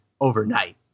overnight